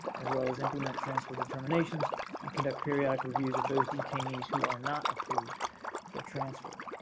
as well as implement transfer determinations and conduct periodic reviews of those detainees who are not approved for transfer.